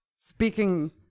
Speaking